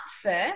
first